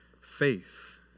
faith